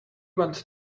went